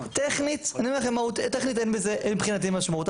טכנית אין מבחינתי משמעותי,